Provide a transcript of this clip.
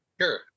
Sure